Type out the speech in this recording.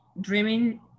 dreaming